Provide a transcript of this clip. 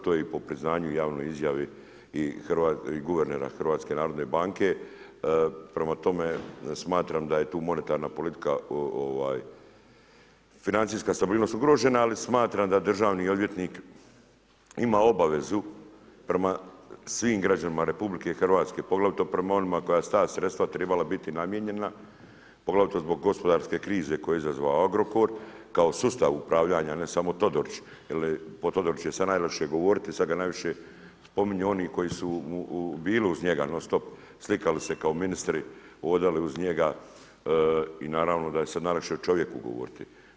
To je i po priznanju javnoj izjavi i guvernera HNB-a, prema tome smatram da je tu monetarna politika, financijska stabilnost ugrožena, ali smatram da državni odvjetnik ima obavezu prema svim građanima RH, poglavito prema onima koja su ta sredstva trebala biti namijenjena, poglavito zbog gospodarske krize koju je izazvao Agrokor, kao sustav upravljanja, ne samo Todorić jer je, o Todoriću je sada najlakše govoriti, sad ga najviše spominju oni koji mu bili uz njega non-stop, slikali se kao ministri, hodali uz njega i naravno da je se ... čovjeku govoriti.